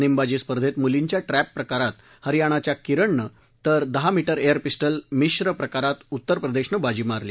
नेमबाजी स्पर्धेत मुलींच्या ट्रॅप प्रकारात हरयाणाच्या किरणनं तर दहा मी उं एअर पिस् झ मिश्र प्रकारात उत्तर प्रदेशनं बाजी मारली